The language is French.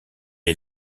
est